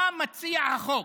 מה מציע החוק?